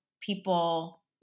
people